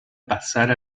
pasar